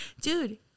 Dude